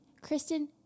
Kristen